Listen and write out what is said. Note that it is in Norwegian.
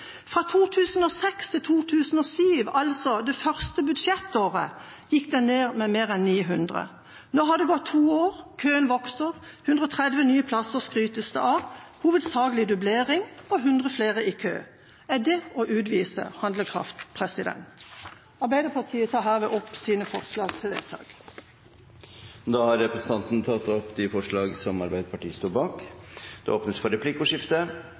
Fra 2006 til 2007, altså det første budsjettåret, gikk den ned med mer enn 900. Nå har det gått to år, og køen vokser. Det skrytes av130 nye plasser, hovedsakelig dublering, og det er 100 flere i kø. Er det å utvise handlekraft? Jeg tar herved opp de forslagene Arbeiderpartiet står bak. Representanten Kari Henriksen har tatt opp de forslagene hun refererte til. Det blir replikkordskifte. Jeg registrerer at Arbeiderpartiet